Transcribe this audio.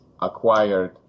acquired